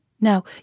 Now